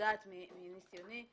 יודעת מניסיוני.